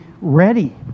ready